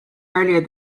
earlier